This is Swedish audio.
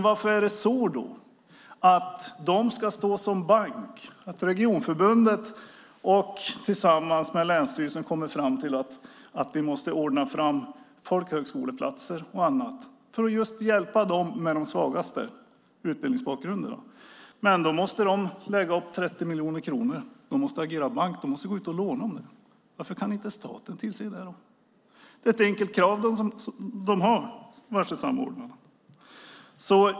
Varför är det så att de ska stå som bank? Regionförbundet har tillsammans med länsstyrelsen kommit fram till att det måste ordnas folkhögskoleplatser för att hjälpa dem med de svagaste utbildningsbakgrunderna. Men då måste de lägga upp 30 miljoner kronor, det vill säga agera bank och låna dem det. Varför kan inte staten tillse detta? Det är ett enkelt krav från varselsamordnarna.